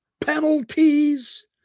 Penalties